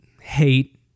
hate